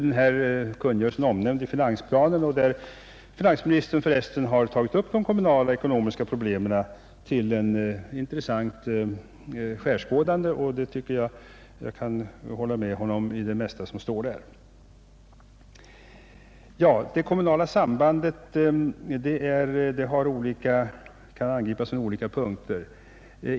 Denna kungörelse är omnämnd i finansplanen, där finansministern förresten tagit upp de kommunala och ekonomiska problemen till ett intressant skärskådande. Jag kan hålla med finansministern om det mesta som står där. Det kommunala sambandet kan angripas på olika punkter.